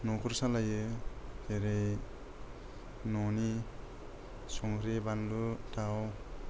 न'खर सालायो जेरै न'नि संख्रि बानलु थाव